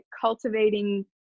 cultivating